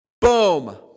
Boom